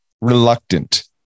reluctant